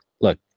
look